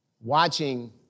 watching